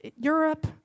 Europe